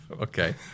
Okay